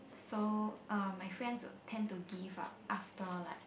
so uh my friends tend to give up after like